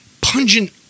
pungent